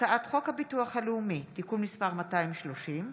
הצעת חוק הביטוח הלאומי (תיקון מס' 230)